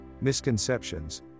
misconceptions